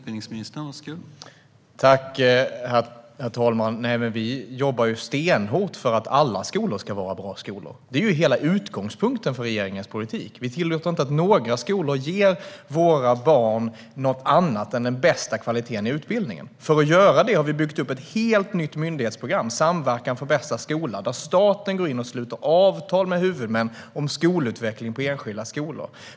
Herr talman! Vi jobbar stenhårt för att alla skolor ska vara bra skolor. Det är hela utgångspunkten för regeringens politik. Vi tillåter inte att några skolor ger våra barn något annat än den bästa kvaliteten i utbildningen. För att göra det har vi byggt upp ett helt nytt myndighetsprogram, Samverkan för bästa skola, där staten går in och sluter avtal med huvudmän om skolutveckling på enskilda skolor.